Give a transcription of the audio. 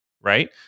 right